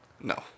No